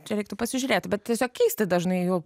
čia reiktų pasižiūrėti bet tiesiog keisti dažnai jų